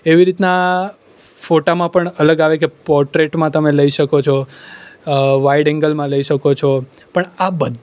એવી રીતના ફોટામાં પણ અલગ આવે કે પોર્ટ્રેટમાં તમે લઇ શકો છો વાઈડ એંગલમાં લઇ શકો છો પણ આ બધા